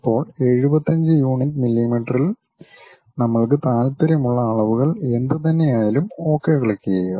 ഇപ്പോൾ 75 യൂണിറ്റ് മില്ലീമീറ്ററിൽ നമ്മൾക്ക് താൽപ്പര്യമുള്ള അളവുകൾ എന്തുതന്നെയായാലും ഒകെ ക്ലിക്കുചെയ്യുക